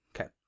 Okay